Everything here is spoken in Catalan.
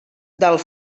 del